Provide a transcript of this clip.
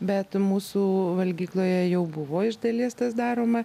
bet mūsų valgykloje jau buvo iš dalies tas daroma